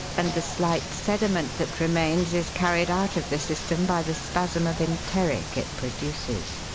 and the slight sediment that remains is carried out of the system by the spasm of enteric it produces.